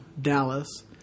Dallas